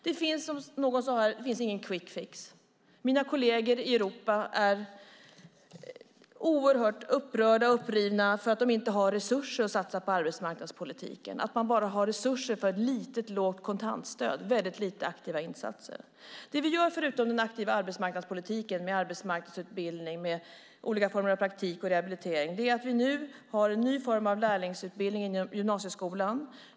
Som någon sade här: Det finns ingen quick fix. Mina kolleger i Europa är oerhört upprörda och upprivna för att de inte har resurser att satsa på arbetsmarknadspolitiken. De har bara resurser till ett lågt kontantstöd, och väldigt lite till aktiva insatser. Det vi gör, förutom den aktiva arbetsmarknadspolitiken med arbetsmarknadsutbildning, olika former av praktik och rehabilitering är att vi nu har en ny form av lärlingsutbildning inom gymnasieskolan.